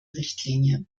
richtlinie